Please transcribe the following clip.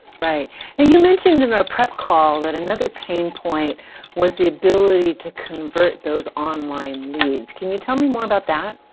ah you mentioned in our prep call that another pain point was the ability to convert those online leads. can you tell me more about that?